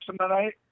tonight